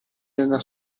nella